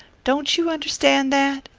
don't you understand that?